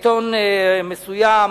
עיתון מסוים